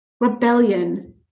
rebellion